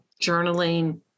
journaling